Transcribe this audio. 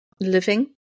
living